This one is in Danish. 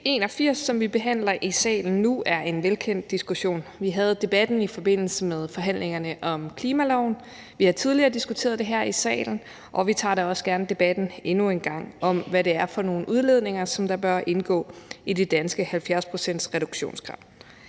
81, som vi behandler i salen nu, drejer sig om en velkendt diskussion. Vi havde debatten i forbindelse med forhandlingerne om klimaloven, vi har tidligere diskuteret det her i salen, og vi tager da også gerne debatten endnu en gang om, hvad det er for nogle udledninger, som bør indgå i det danske 70-procentsreduktionskrav.